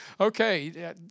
okay